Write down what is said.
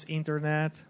internet